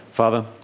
Father